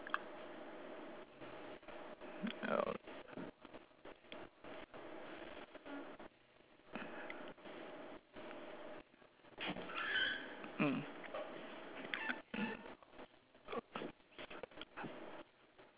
mm